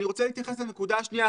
אני רוצה להתייחס לנקודה השנייה,